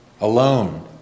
alone